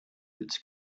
its